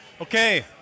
Okay